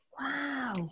Wow